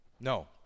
no